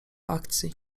akcji